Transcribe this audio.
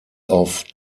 auf